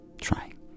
trying